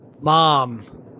mom